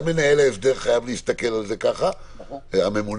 גם מנהל ההסדר חייב להסתכל על זה כך, הממונה,